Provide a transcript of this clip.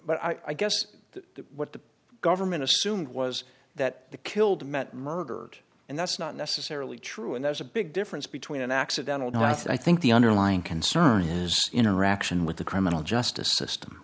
but i guess that what the government assumed was that the killed met murder and that's not necessarily true and there's a big difference between an accidental death i think the underlying concern is interaction with the criminal justice system